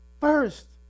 first